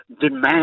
demand